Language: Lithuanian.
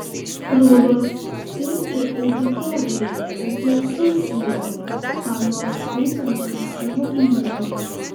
rodos sėdžiu auditorijoje ir klausausi jo ką nors skaitančio iš savo knygų